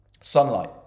Sunlight